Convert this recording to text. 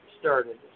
started